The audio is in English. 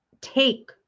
take